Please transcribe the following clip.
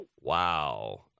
Wow